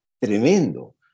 tremendo